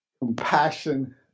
compassion